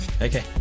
okay